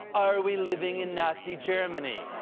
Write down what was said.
are we living in nazi germany?